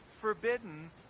forbidden